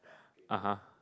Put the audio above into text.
(uh huh)